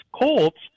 Colts